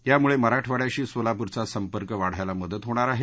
त्यामुळे मराठवाडयाशी सोलापूरचा संपर्क वाढायला मदत होणार आहे